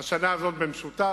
השנה הזאת במשותף.